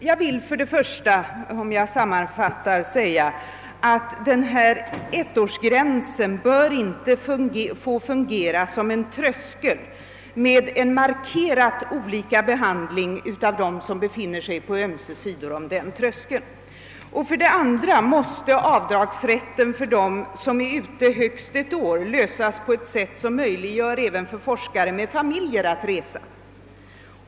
Jag vill för det första, om jag skall göra en sammanfattning, säga att ettårsgränsen bör inte få fungera som en tröskel med markerat skild behandling av dem som befinner sig på ömse sidor om den tröskeln. För det andra måste avdragsrätten för dem som är ute högst ett år lösas på ett sätt som möjliggör även för forskare med familjer att resa.